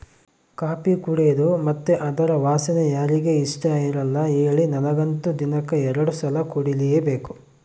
coffee ಕುಡೇದು ಮತ್ತೆ ಅದರ ವಾಸನೆ ಯಾರಿಗೆ ಇಷ್ಟಇರಲ್ಲ ಹೇಳಿ ನನಗಂತೂ ದಿನಕ್ಕ ಎರಡು ಸಲ ಕುಡಿಲೇಬೇಕು